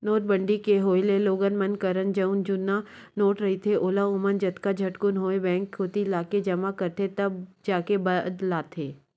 नोटबंदी के होय ले लोगन मन करन जउन जुन्ना नोट रहिथे ओला ओमन जतका झटकुन होवय बेंक कोती लाके जमा करथे तब जाके बदलाथे